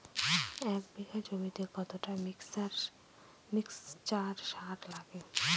এক বিঘা জমিতে কতটা মিক্সচার সার লাগে?